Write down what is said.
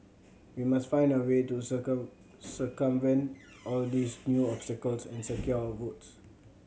we must find a way to circumvent all these new obstacles and secure our votes